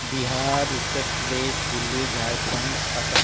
Bihar Uttar Pradesh Delhi Jharkhand Assam